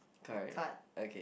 correct okay